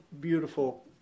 beautiful